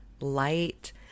light